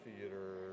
theater